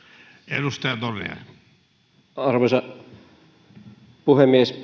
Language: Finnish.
arvoisa puhemies